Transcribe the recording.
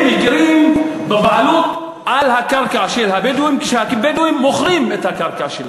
הם מכירים בבעלות של הבדואים על הקרקע כשהבדואים מוכרים את הקרקע שלהם,